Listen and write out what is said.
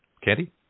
Candy